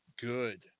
good